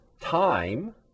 time